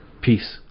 Peace